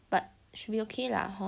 but should be okay lah hor